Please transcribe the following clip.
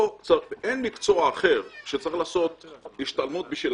אין מקצוע אחר שצריך לעשות בו השתלמות בשביל